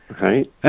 right